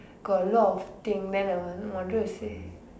got a lot of thing then I I wanted to see